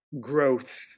growth